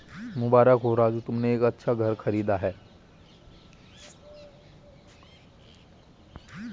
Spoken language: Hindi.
मुबारक हो राजू तुमने एक अच्छा घर खरीदा है